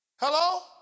Hello